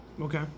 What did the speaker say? Okay